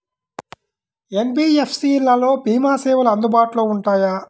NBFC లలో భీమా సేవలు అందుబాటులో ఉంటాయా?